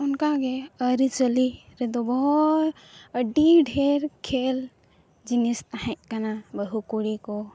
ᱚᱱᱠᱟᱜᱮ ᱟᱹᱨᱤᱪᱟᱹᱞᱤ ᱨᱮᱫᱚ ᱟᱹᱰᱤ ᱰᱷᱮᱨ ᱠᱷᱮᱞ ᱡᱤᱱᱤᱥ ᱛᱟᱦᱮᱸᱫ ᱠᱟᱱᱟ ᱵᱟᱹᱦᱩ ᱠᱩᱲᱤᱠᱚ